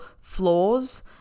flaws